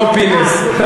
לא פינס.